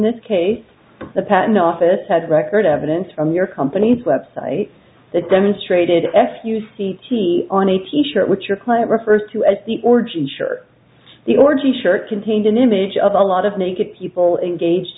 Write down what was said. this case the patent office had a record evidence from your company's website that demonstrated f u c t on a t shirt which your client refers to as the origin shirt the orgy shirt contained an image of a lot of naked people engaged